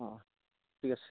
অঁ ঠিক আছে